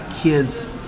kids